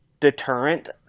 deterrent